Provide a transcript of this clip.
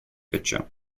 picture